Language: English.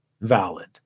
valid